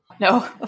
No